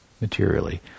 materially